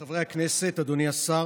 חברי הכנסת, אדוני השר,